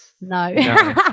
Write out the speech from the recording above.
No